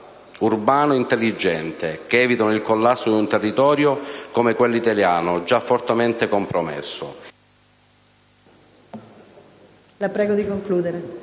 urbano intelligente che evitino il collasso di un territorio, come quello italiano, già fortemente compromesso.